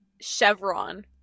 chevron